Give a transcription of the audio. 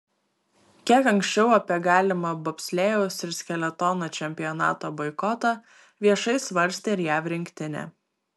kiek anksčiau apie galimą bobslėjaus ir skeletono čempionato boikotą viešai svarstė ir jav rinktinė